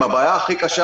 הבעיה הכי קשה